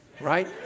right